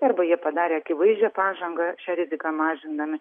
arba jie padarė akivaizdžią pažangą šia rizika mažindami